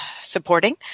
supporting